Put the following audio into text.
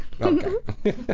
Okay